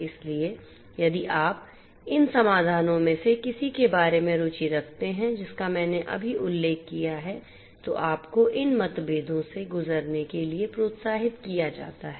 इसलिए यदि आप इन समाधानों में से किसी के बारे में रुचि रखते हैं जिसका मैंने अभी उल्लेख किया है तो आपको इन मतभेदों से गुजरने के लिए प्रोत्साहित किया जाता है